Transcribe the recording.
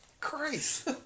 Christ